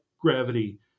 Gravity